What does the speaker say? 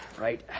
Right